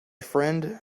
friend